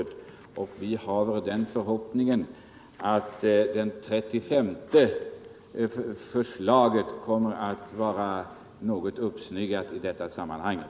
Vi har emellertid den förhoppningen att det 35:e förslaget kommer att vara något uppsnyggat i detta avseende.